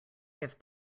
have